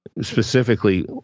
Specifically